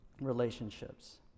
relationships